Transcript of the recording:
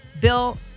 Bill